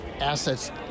assets